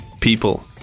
people